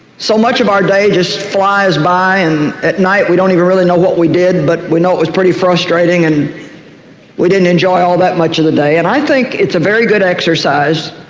so much of our day just flies by and at night we don't even really know what we did but we know it was pretty frustrating and we didn't enjoy all that much of the day and i think it's a very good exercise